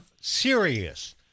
serious